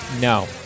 No